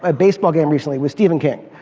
ah baseball game recently with stephen king,